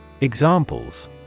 Examples